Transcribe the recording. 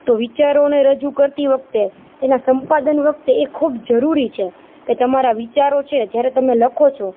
તો વિચારોને રજૂ કરતી વખતે તેના સંપાદન વખતે એ ખૂબ જરૂરી છે તેં તમારા વિચારો છે જ્યારે તમે લખો છો